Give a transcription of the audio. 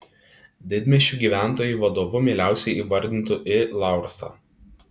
didmiesčių gyventojai vadovu mieliausiai įvardintų i laursą